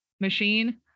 machine